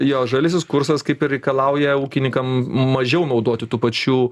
jo žaliasis kursas kaip ir reikalauja ūkininkam mažiau naudoti tų pačių